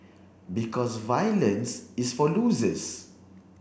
because violence is for losers